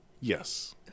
yes